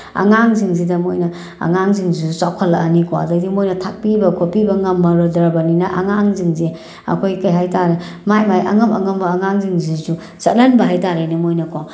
ꯑꯉꯥꯡꯁꯤꯡꯁꯤꯗ ꯃꯣꯏꯅ ꯑꯉꯥꯡꯁꯤꯡꯁꯤꯁꯨ ꯆꯥꯎꯈꯠꯂꯛꯑꯅꯤꯀꯣ ꯑꯗꯩꯗꯤ ꯃꯣꯏꯅ ꯊꯥꯛꯄꯤꯕ ꯈꯣꯠꯄꯤꯕ ꯉꯝꯃꯗ꯭ꯔꯕꯅꯤꯅ ꯑꯉꯥꯡꯁꯤꯡꯁꯦ ꯑꯩꯈꯣꯏ ꯀꯔꯤ ꯍꯥꯏ ꯇꯥꯔꯦ ꯃꯥꯒꯤ ꯃꯥꯒꯤ ꯑꯉꯝ ꯑꯉꯝꯕ ꯑꯉꯥꯡꯁꯤꯡꯁꯤꯁꯨ ꯆꯠꯍꯟꯕ ꯍꯥꯏꯇꯥꯔꯦꯅꯦ ꯃꯣꯏꯅꯀꯣ